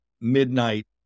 midnight